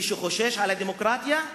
מי שחושש לדמוקרטיה,